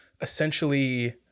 essentially